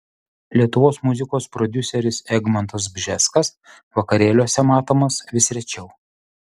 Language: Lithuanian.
lietuvos muzikos prodiuseris egmontas bžeskas vakarėliuose matomas vis rečiau